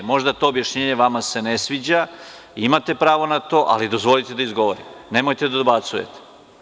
Možda to objašnjenje se vama ne sviđa, imate pravo na to, ali dozvolite da izgovorim, nemojte da dobacujete.